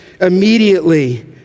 Immediately